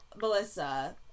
Melissa